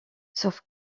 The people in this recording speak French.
sauf